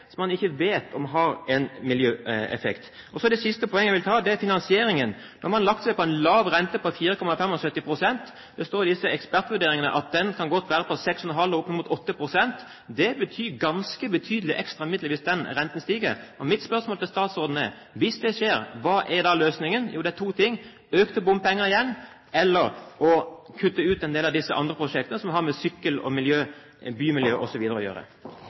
som man ikke vet om har en miljøeffekt. Det siste poenget jeg vil ta, er finansieringen. Nå har man lagt seg på en lav rente på 4,75 pst. Det står i disse ekspertvurderingene at den godt kan være på 6,5 pst. og opp mot 8 pst. Det betyr ganske betydelige ekstra midler hvis renten stiger. Mitt spørsmål til statsråden er: Hvis det skjer, hva er da løsningen? Jo, det er to ting, økte bompenger igjen eller å kutte ut en del av disse andre prosjektene som har med sykkel og miljø, bymiljø osv. å gjøre.